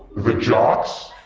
the jocks,